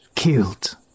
Killed